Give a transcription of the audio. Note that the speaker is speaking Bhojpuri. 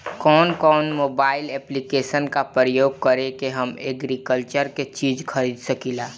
कउन कउन मोबाइल ऐप्लिकेशन का प्रयोग करके हम एग्रीकल्चर के चिज खरीद सकिला?